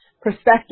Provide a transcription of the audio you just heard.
perspective